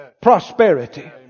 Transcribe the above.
prosperity